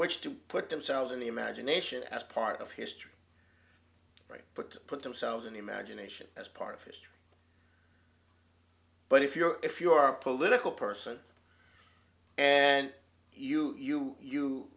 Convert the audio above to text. which to put themselves in the imagination as part of history but put themselves in imagination as part of history but if you're if you are a political person and you you you